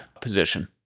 position